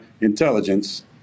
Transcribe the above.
intelligence